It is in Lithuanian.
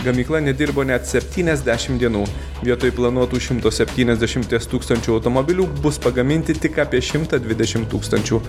gamykla nedirbo net septyniasdešim dienų vietoj planuotų šimto septyniasdešimties tūkstančių automobilių bus pagaminti tik apie šimtą dvidešim tūkstančių